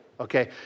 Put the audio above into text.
Okay